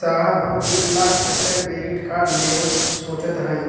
साहब हम एक लाख तक क क्रेडिट कार्ड लेवल सोचत हई